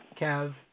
Kev